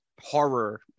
horror